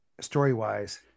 Story-wise